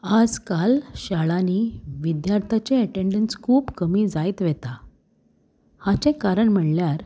आज काल शाळांनी विद्यार्थ्याचे एटॅणस खूब कमी जायत वेता हाचें कारण म्हणल्यार